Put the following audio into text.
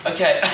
Okay